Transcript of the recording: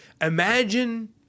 imagine